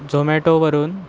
झोमॅटोवरून